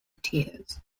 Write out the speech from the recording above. tears